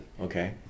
okay